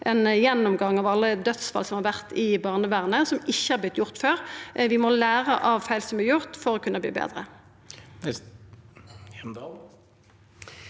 ein gjennomgang av alle dødsfall som har vore i barnevernet, som ikkje har vorte gjort før. Vi må læra av feil som er gjort for å kunna verta betre.